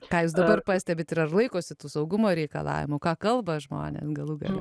ką jūs dabar pastebit ir ar laikosi tų saugumo reikalavimų ką kalba žmonės galų gale